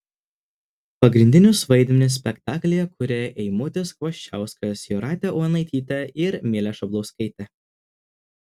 pagrindinius vaidmenis spektaklyje kuria eimutis kvoščiauskas jūratė onaitytė ir milė šablauskaitė